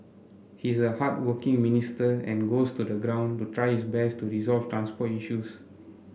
he is a hardworking minister and goes to the ground to try his best to resolve transport issues